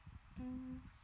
mm